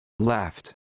Left